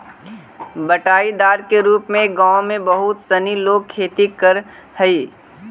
बँटाईदार के रूप में गाँव में बहुत सनी लोग खेती करऽ हइ